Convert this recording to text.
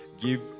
give